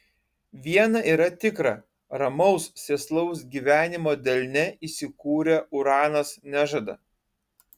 viena yra tikra ramaus sėslaus gyvenimo delne įsikūrę uranas nežada